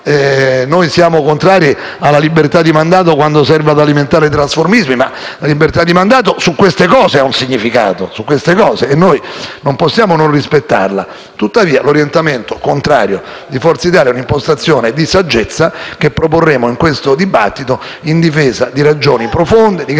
Noi siamo contrari alla libertà di mandato quando serva ad alimentare trasformismi, ma la libertà di mandato su queste cose ha un significato e noi non possiamo non rispettarla. Tuttavia, l'orientamento contrario di Forza Italia è un'impostazione di saggezza che proporremo in questo dibattito in difesa di ragioni profonde, di grande